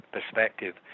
perspective